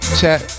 chat